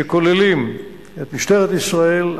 שכוללים את משטרת ישראל,